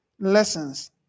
lessons